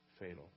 fatal